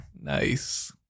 Nice